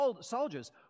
soldiers